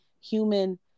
human